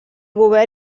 govern